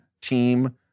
team